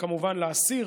וכמובן להסיר